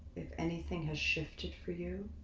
if anything has shifted for you,